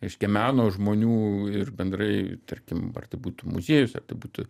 reiškia meno žmonių ir bendrai tarkim ar tai būtų muziejus ar tai būtų